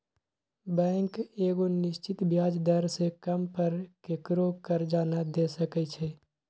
bank एगो निश्चित ब्याज दर से कम पर केकरो करजा न दे सकै छइ